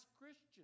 Christians